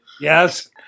yes